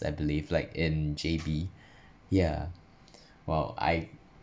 I believe like in J_B yeah while I